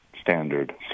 standard